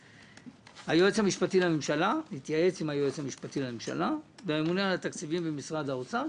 היועץ המשפטי לממשלה והממונה על התקציבים במשרד האוצר".